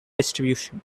distribution